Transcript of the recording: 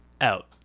out